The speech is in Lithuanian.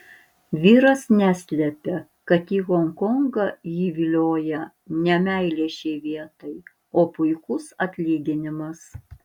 vyras neslepia kad į honkongą jį vilioja ne meilė šiai vietai o puikus atlyginimas